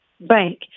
bank